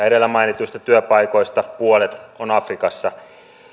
edellä mainituista työpaikoista puolet on afrikassa